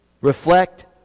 reflect